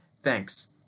Thanks